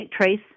Trace